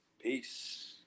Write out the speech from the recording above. Peace